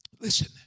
Listen